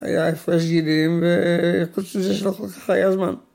‫היה הפרש גילים, ‫חוץ מזה שלא ככ היה הזמן.